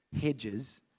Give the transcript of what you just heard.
hedges